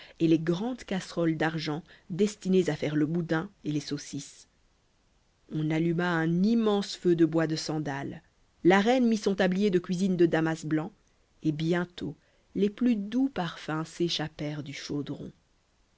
et les grandes casseroles d'argent destinés à faire le boudin et les saucisses on alluma un immense feu de bois de sandal la reine mit son tablier de cuisine de damas blanc et bientôt les plus doux parfums s'échappèrent du chaudron